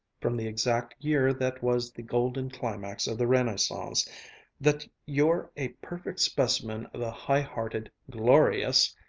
from the exact year that was the golden climax of the renaissance that you're a perfect specimen of the high-hearted, glorious.